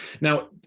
Now